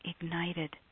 ignited